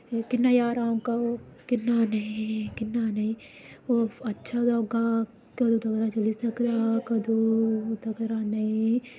किन्ना ज्हारां होगा ओह् किन्ना नेईं किन्ना नेईं ओह् अच्छा ते होगा कदूं तगर चली सकदा होगा कदूं तकरा नेईं